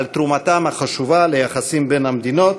על תרומתם החשובה ליחסים בין המדינות.